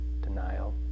denial